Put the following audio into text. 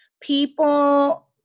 people